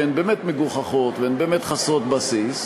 שהן באמת מגוחכות והן באמת חסרות בסיס,